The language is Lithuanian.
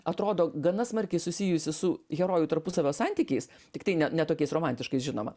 atrodo gana smarkiai susijusi su herojų tarpusavio santykiais tiktai ne ne tokiais romantiškais žinoma